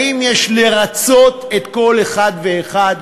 האם יש לרצות כל אחד ואחד?